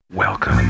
Welcome